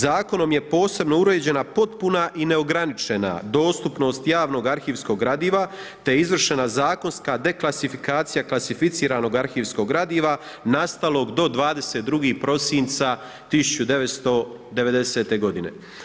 Zakonom je posebno uređena potpuna i neograničena dostupnost javnog arhivskog gradiva, te je izvršena zakonska deklasifikacija klasificiranog arhivskog gradiva nastalog do 22. prosinca 1990. godine.